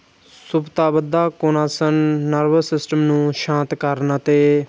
ਸੁਕਤਾਬਦਾ ਕੋਨਾਸਨ nervous system ਨੂੰ ਸ਼ਾਂਤ ਕਰਨ ਅਤੇ